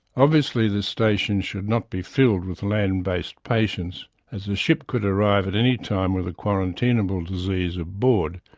obviously this station should not be filled with land based patients, as a ship could arrive at any time with a quarantinable disease aboard,